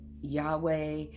Yahweh